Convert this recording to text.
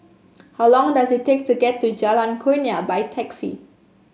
how long does it take to get to Jalan Kurnia by taxi